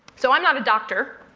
so i'm not a doctor,